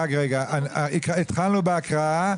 התחלנו בהקראה,